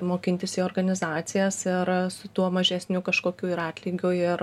mokintis į organizacijas ir su tuo mažesniu kažkokiu ir atlygiu ir